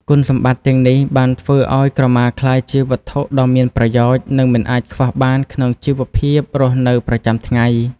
គុណសម្បត្តិទាំងនេះបានធ្វើឱ្យក្រមាក្លាយជាវត្ថុដ៏មានប្រយោជន៍ និងមិនអាចខ្វះបានក្នុងជីវភាពរស់នៅប្រចាំថ្ងៃ។